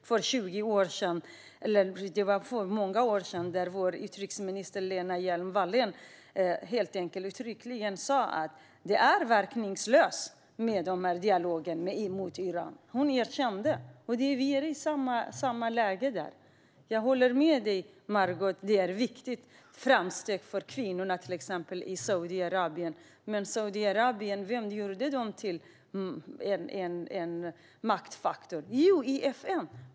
För många år sedan sa dåvarande utrikesminister Lena Hjelm-Wallén uttryckligen att en dialog med Iran är verkningslös. Hon medgav det. Vi är i samma läge nu. Jag håller med Margot om att det är viktigt med framsteg för kvinnor i till exempel Saudiarabien. Men vem gjorde Saudiarabien till en maktfaktor? Jo, FN.